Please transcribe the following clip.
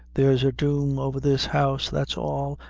there's a doom over this house, that's all,